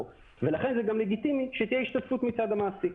לכן לגיטימי גם שתהיה השתתפות מצד המעסיק.